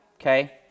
Okay